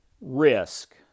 risk